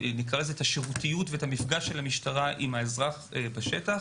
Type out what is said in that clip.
השירות ואת המפגש של המשטרה עם האזרח בשטח.